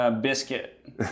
Biscuit